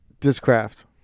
Discraft